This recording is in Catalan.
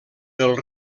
del